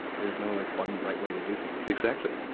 there is no like one right way to do things exactly